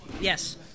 Yes